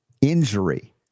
injury